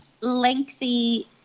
lengthy